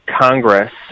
congress